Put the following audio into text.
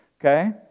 Okay